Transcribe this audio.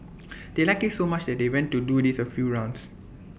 they liked IT so much that they went to do this A few rounds